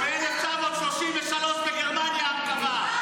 גם ב-1933 בגרמניה העם קבע.